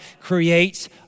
creates